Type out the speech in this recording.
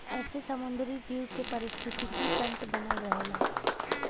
एसे समुंदरी जीव के पारिस्थितिकी तन्त्र बनल रहला